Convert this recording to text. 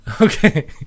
Okay